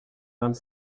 vingt